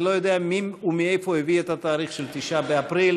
אני לא יודע מי ומאיפה הביא את התאריך של 9 באפריל.